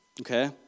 okay